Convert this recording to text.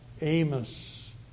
Amos